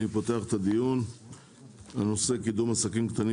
אני פותח את הדיון בנושא: קידום עסקים קטנים